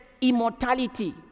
immortality